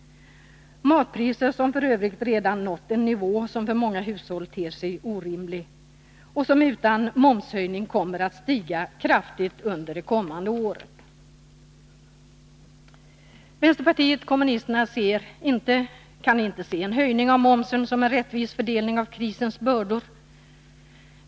Matpriserna har f. ö. redan nått en nivå som för många hushåll ter sig orimlig och som även utan momshöjning kommer att stiga kraftigt under det kommande året. Vänsterpartiet kommunisterna kan inte se en höjning av momsen som en rättvis fördelning av krisens bördor.